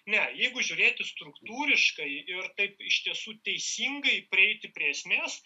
ne jeigu žiūrėti struktūriškai ir taip iš tiesų teisingai prieiti prie esmės